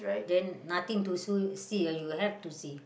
then nothing to see see ah you have to see